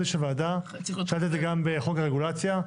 שאלתי את זה גם בחוק הרגולציה,